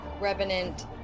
revenant